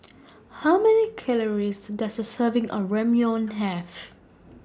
How Many Calories Does A Serving of Ramyeon Have